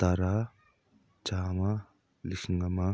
ꯇꯔꯥ ꯆꯥꯝꯃ ꯂꯤꯁꯤꯡ ꯑꯃ